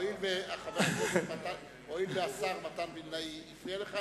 הואיל והשר מתן וילנאי הפריע לך,